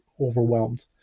overwhelmed